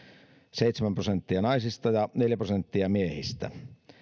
seitsemän prosenttia naisista ja neljä prosenttia miehistä